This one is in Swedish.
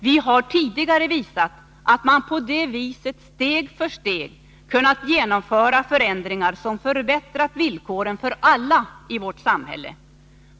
Vi har tidigare visat att man på det viset steg för steg kunnat genomföra förändringar som förbättrat villkoren för alla i vårt samhälle.